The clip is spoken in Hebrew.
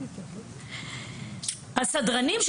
הסדרנים,